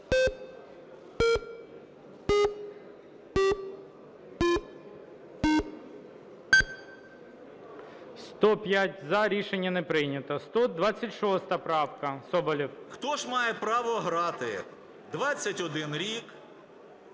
Хто ж має право грати? 21 рік,